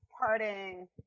parting